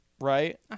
right